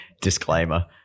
Disclaimer